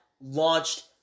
launched